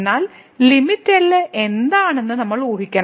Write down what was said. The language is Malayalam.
എന്നാൽ ലിമിറ്റ് L എന്താണെന്ന് നമ്മൾ ഊഹിക്കണം